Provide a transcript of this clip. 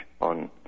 on